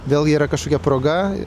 vėl yra kažkokia proga